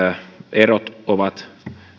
erot ovat